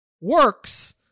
works